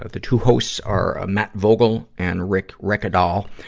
ah the two hosts are, ah, matt vogel and rick rekedal.